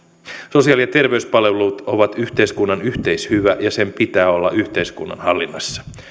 sosiaali ja terveyspalvelut ovat yhteiskunnan yhteishyvä ja sen pitää olla yhteiskunnan hallinnassa